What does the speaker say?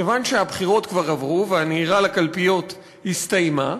כיוון שהבחירות כבר עברו והנהירה לקלפיות הסתיימה,